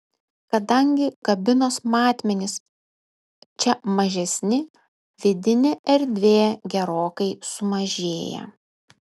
kadangi kabinos matmenys čia mažesni vidinė erdvė gerokai sumažėja